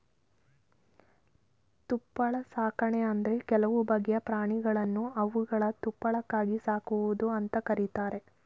ತುಪ್ಪಳ ಸಾಕಣೆ ಅಂದ್ರೆ ಕೆಲವು ಬಗೆಯ ಪ್ರಾಣಿಗಳನ್ನು ಅವುಗಳ ತುಪ್ಪಳಕ್ಕಾಗಿ ಸಾಕುವುದು ಅಂತ ಕರೀತಾರೆ